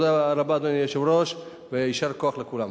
תודה רבה, אדוני היושב-ראש, ויישר כוח לכולם.